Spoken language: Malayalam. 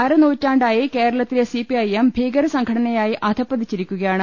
അരനൂറ്റാണ്ടായി കേരളത്തിലെ സിപിഐഎം ഭീകരസംഘടനയായി അധഃപതി ച്ചിരിക്കുകയാണ്